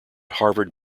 harvard